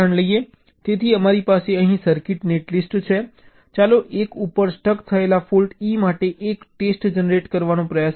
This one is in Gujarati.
તેથી અમારી પાસે અહીં સર્કિટ નેટ લિસ્ટ છે ચાલો 1 ઉપર સ્ટક થયેલા ફોલ્ટ E માટે એક ટેસ્ટ જનરેટ કરવાનો પ્રયાસ કરીએ